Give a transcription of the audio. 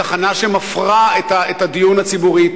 תחנה שמפרה את הדיון הציבורי,